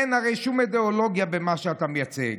אין הרי שום אידיאולוגיה במה שאתה מייצג,